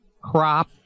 crop